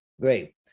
great